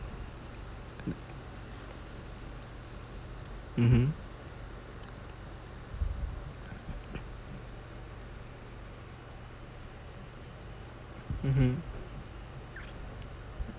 mmhmm mmhmm